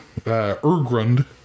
Urgrund